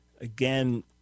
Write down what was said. Again